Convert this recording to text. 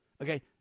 Okay